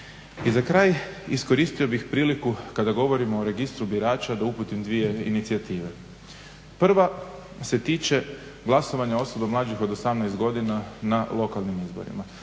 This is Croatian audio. I za kraj iskoristio bih priliku kada govorimo o registru birača da uputim dvije inicijative. Prva se tiče glasovanja osoba mlađih od 18 godina na lokalnim izborima.